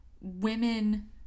Women